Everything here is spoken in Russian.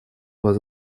вас